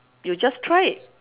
you just try it